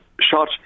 shot